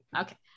Okay